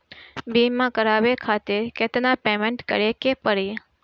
बीमा करावे खातिर केतना पेमेंट करे के पड़ी?